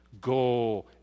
go